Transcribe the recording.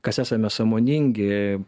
kas esame sąmoningi